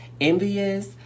envious